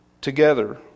together